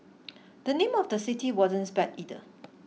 the name of the city wasn't spared either